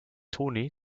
toni